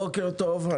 בוקר טוב.